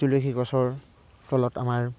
তুলসী গছৰ তলত আমাৰ